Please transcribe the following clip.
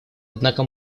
однако